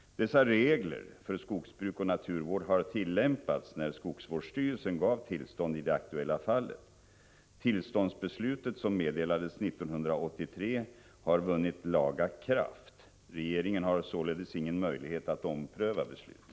Dessa regler för skogsbruk och naturvård har tillämpats när skogsvårdsstyrelsen gav tillstånd i det aktuella fallet. Tillståndsbeslutet, som meddelades 1983, har vunnit laga kraft. Regeringen har således ingen möjlighet att ompröva beslutet.